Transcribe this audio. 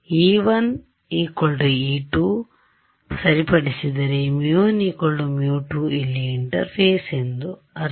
ನಾನು ε1 ε2 ಅನ್ನು ಸರಿಪಡಿಸಿದರೆ μ1 μ2 ಇಲ್ಲಿ ಇಂಟರ್ಫೇಸ್ ಎಂದು ಅರ್ಥ